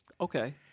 Okay